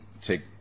take